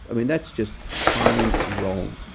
i mean, that's just plain wrong.